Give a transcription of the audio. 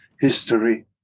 history